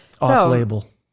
Off-label